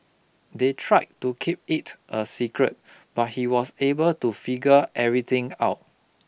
they tried to keep it a secret but he was able to figure everything out